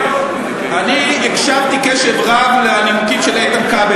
אני הקשבתי קשב רב לנימוקים של איתן כבל.